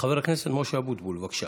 חבר הכנסת משה אבוטבול, בבקשה.